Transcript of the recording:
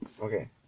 Okay